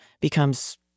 becomes